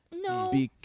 No